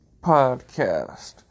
podcast